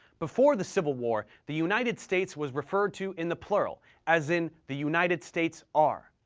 before the civil war, the united states was referred to in the plural, as in, the united states are.